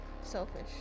selfish